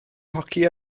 hoci